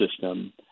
system